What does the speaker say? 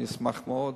אני אשמח מאוד,